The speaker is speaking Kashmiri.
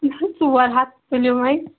نہ حظ ژور ہَتھ تُلِو وۅنۍ